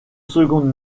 secondes